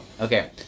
Okay